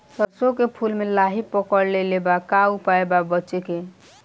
सरसों के फूल मे लाहि पकड़ ले ले बा का उपाय बा बचेके?